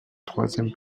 troisième